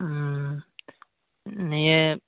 ᱦᱩᱸ ᱱᱤᱭᱮ